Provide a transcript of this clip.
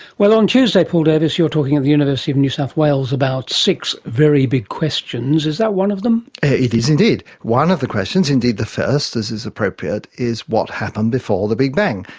well, on tuesday, paul davies, you're talking at the university of new south wales about six very big questions. is that one of them? it is indeed. one of the questions, indeed the first, as is appropriate, is what happened before the big bang,